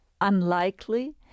Unlikely